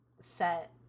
set